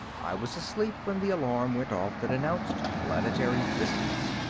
i was asleep when the alarm went off that announced planetary distance.